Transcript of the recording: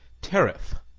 tariff,